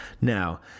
now